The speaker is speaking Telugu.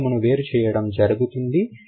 లింగమును వేరుచేయడం జరుగుతుంది